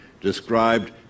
described